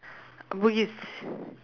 bugis